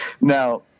now